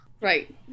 Right